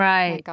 Right